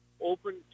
open